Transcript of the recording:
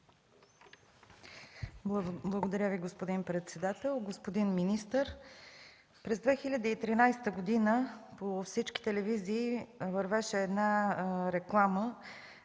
Благодаря Ви, господин председател. Господин министър, през 2013 г. по всички телевизии вървеше една реклама